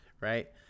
right